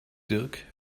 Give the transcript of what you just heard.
dirk